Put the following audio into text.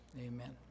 Amen